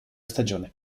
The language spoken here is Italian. stagione